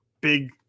big